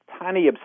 tiny